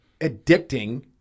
addicting